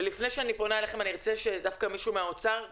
ולפני שאני פונה אליכם ארצה שדווקא מישהו ממשרד האוצר יתייחס,